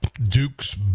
Duke's